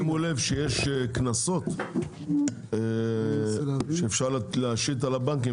שימו לב שיש קנסות שאפשר להשית על הבנקים